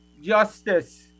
Justice